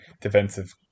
defensive